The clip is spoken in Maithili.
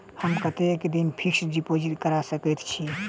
हम कतेक दिनक फिक्स्ड डिपोजिट करा सकैत छी?